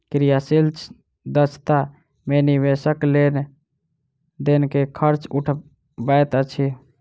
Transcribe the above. क्रियाशील दक्षता मे निवेशक लेन देन के खर्च उठबैत अछि